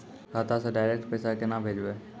खाता से डायरेक्ट पैसा केना भेजबै?